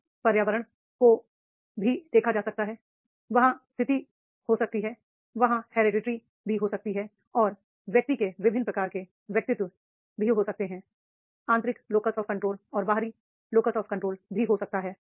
वहाँ पर्यावरण हो सकता है वहाँ स्थिति हो सकती है वहाँ वंशानुगत hereditary भी हो सकती है और व्यक्ति के विभिन्न प्रकारके व्यक्तित्व जिस प्रकार का होता है आंतरिक लोकस आफ कंट्रोल हो सकता है